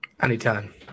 Anytime